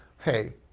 hey